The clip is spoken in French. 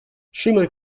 chemin